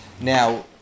Now